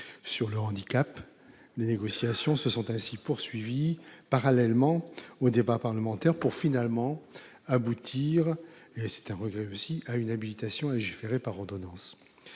du handicap, les négociations se sont ainsi poursuivies, parallèlement au débat parlementaire, pour aboutir- c'est également un regret -à une habilitation à légiférer par ordonnance.